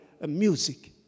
music